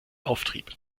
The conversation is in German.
auftrieb